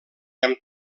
amb